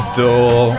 door